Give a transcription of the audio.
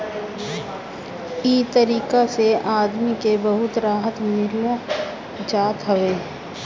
इ तरीका से आदमी के बहुते राहत मिल जात हवे